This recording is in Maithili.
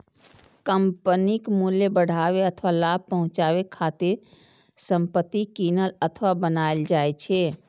कंपनीक मूल्य बढ़ाबै अथवा लाभ पहुंचाबै खातिर संपत्ति कीनल अथवा बनाएल जाइ छै